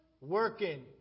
Working